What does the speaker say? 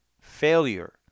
failure